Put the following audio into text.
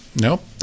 nope